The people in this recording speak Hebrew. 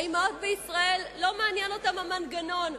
האמהות בישראל, לא מעניין אותן המנגנון.